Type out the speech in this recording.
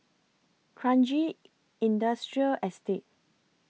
Kranji Industrial Estate